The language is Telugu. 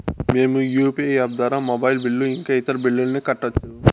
మేము యు.పి.ఐ యాప్ ద్వారా మొబైల్ బిల్లు ఇంకా ఇతర బిల్లులను కట్టొచ్చు